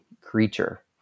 creature